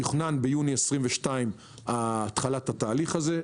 ביוני 2022 תוכננה התחלת התהליך הזה,